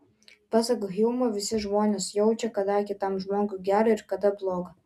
pasak hjumo visi žmonės jaučia kada kitam žmogui gera ir kada bloga